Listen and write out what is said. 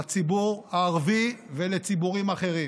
לציבור הערבי ולציבורים אחרים.